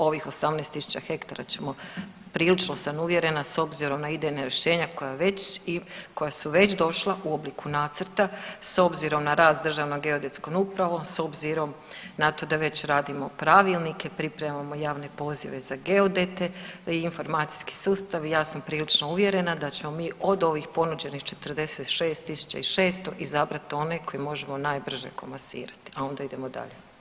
Ovih 18.000 hektara ćemo, prilično sam uvjerena s obzirom na idejna rješenja koja već, koja su već došla u obliku nacrta s obzirom na rad s Državnom geodetskom upravom, s obzirom na to da već radimo pravilnike, pripremao javne pozive za geodete, informacijski sustav i ja sam prilično uvjerena da ćemo mi od ovih ponuđenih 46.600 izabrati one koje možemo najbrže komasirat, a onda idemo dalje.